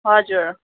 हजुर